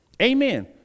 Amen